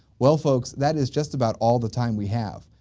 well, folks, that is just about all the time we have.